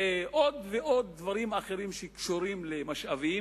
ועוד ועוד דברים אחרים שקשורים למשאבים.